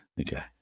Okay